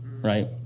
right